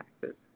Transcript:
taxes